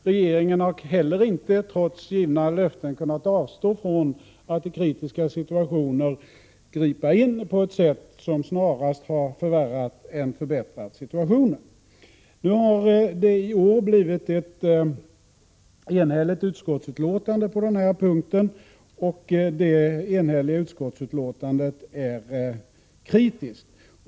Regeringen har inte heller, trots givna löften, kunnat avstå från att i kritiska situationer gripa in på ett sätt som snarare har förvärrat än förbättrat situationen. I år har det blivit ett enhälligt utskottsutlåtande på den här punkten, och detta är kritiskt.